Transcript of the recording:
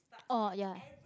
oh ya